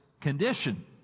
condition